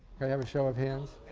can i have a show of hands?